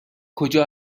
کجا